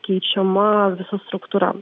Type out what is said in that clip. keičiama visa struktūra